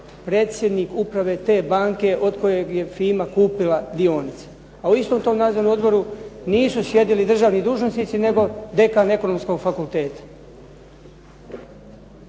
predsjednik Uprave te banke od kojeg je FIMA kupila dionice. A u istom tom nadzornom odboru nisu sjedili državni dužnosnici, nego dekan Ekonomskog fakulteta.